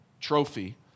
trophy